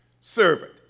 servant